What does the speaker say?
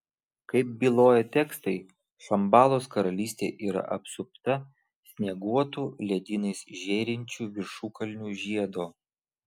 kaip byloja tekstai šambalos karalystė yra apsupta snieguotų ledynais žėrinčių viršukalnių žiedo